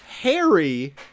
Harry